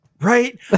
Right